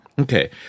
Okay